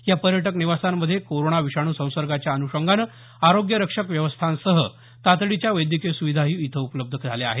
या पर्यटक निवासांमध्ये कोरोना विषाणू संसर्गाच्या अन्षंगानं आरोग्यरक्षक व्यवस्थांसह तातडीच्या वैद्यकिय सुविधाही इथं उपलब्ध झाल्या आहेत